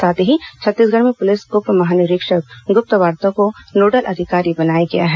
साथ ही छत्तीसगढ़ में पुलिस उप महानिरीक्षक ग्रप्तवार्ता को नोडल अधिकारी बनाया गया है